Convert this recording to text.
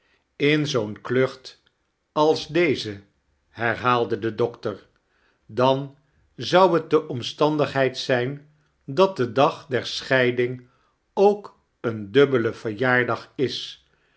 in zoo'n klucht als deze herhaalde de doctor dan zou het de omstandigheid zijn dat de dag der soheiding ook een dubbele verjaardag is